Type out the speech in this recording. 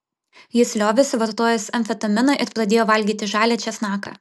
jis liovėsi vartojęs amfetaminą ir pradėjo valgyti žalią česnaką